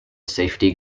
safety